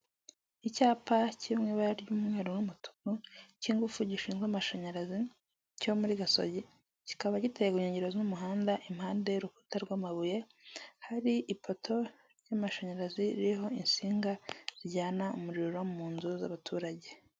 Icyapa kiri mu ibara ry'umweru n'umutuku, cy'ingufu gishinzwe amashanyarazi cyo muri Gasogi, kikaba giteye ku nkengero z'umuhanda, impande y'urukuta rw'amabuye, hari ipoto y'amashanyarazi, ririho insinga zijyana umuriro mu nzu z'abaturage.